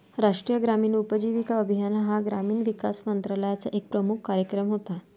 राष्ट्रीय ग्रामीण उपजीविका अभियान हा ग्रामीण विकास मंत्रालयाचा एक प्रमुख कार्यक्रम होता